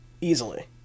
easily